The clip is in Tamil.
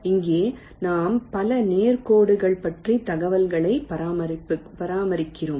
இங்கே நாம் பல நேர் கோடுகள் பற்றிய தகவல்களைப் பராமரிக்கிறோம்